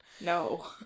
No